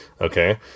Okay